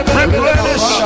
replenish